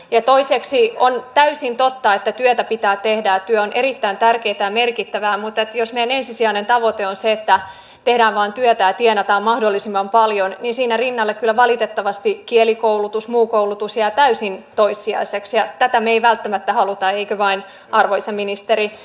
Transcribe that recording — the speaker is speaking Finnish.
ja toiseksi on täysin totta että työtä pitää tehdä ja työ on erittäin tärkeätä ja merkittävää mutta jos meidän ensisijainen tavoitteemme on se että tehdään vain työtä ja tienataan mahdollisimman paljon niin siinä rinnalla kyllä valitettavasti kielikoulutus ja muu koulutus jää täysin toissijaiseksi ja tätä me emme välttämättä halua eikö vain arvoisa ministeri